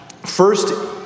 first